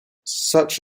such